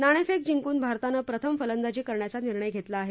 नाणेफेक जिंकून भारतानं प्रथम फलंदाजी करण्याचा निर्णय घेतला आहे